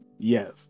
Yes